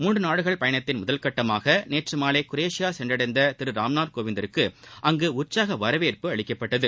மூன்று நாடுகள் பயணத்தின் முதல் கட்டமாக நேற்று மாலை குரேஷியா சென்றடைந்த திரு ராம்நாத் கோவிந்த் திற்கு அங்கு உற்சாக வரவேற்பு அளிக்கப்பட்டது